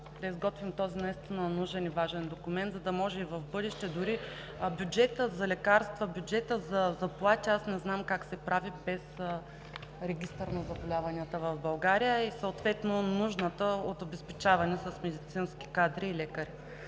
да изготвим този наистина нужен и важен документ, за да може и в бъдеще дори бюджетът за лекарства, бюджетът за заплати, аз не знам как се прави без регистър на заболяванията в България, а и съответно нуждата от обезпечаване с медицински кадри и лекари.